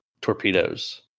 torpedoes